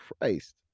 Christ